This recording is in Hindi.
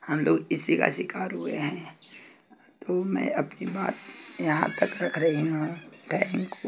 हम लोग इसी का शिकार हुए हैं तो मैं अपनी बात यहाँ तक रख रही हूँ थैंक कु